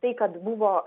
tai kad buvo